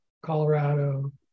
Colorado